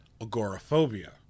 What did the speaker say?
agoraphobia